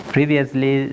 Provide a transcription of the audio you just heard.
Previously